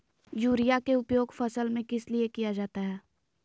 Urea के उपयोग फसल में किस लिए किया जाता है?